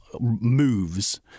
moves